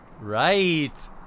Right